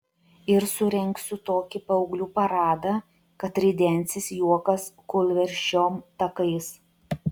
ir surengsiu tokį paauglių paradą kad ridensis juokas kūlversčiom takais